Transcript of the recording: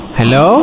hello